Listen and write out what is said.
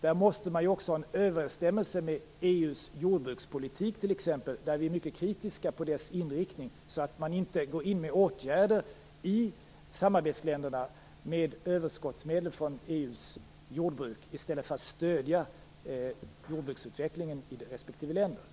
Där måste man ha en överensstämmelse t.ex. med EU:s jordbrukspolitik - och vi är mycket kritiska mot dess inriktning - så att man inte går in med åtgärder i samarbetsländerna med överskottet från EU:s jordbruk i stället för att stödja jordbruksutvecklingen i de respektive länderna.